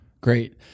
Great